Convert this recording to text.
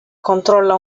controlla